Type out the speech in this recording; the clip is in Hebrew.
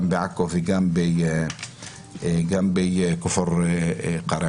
גם בעכו וגם כפר קרע.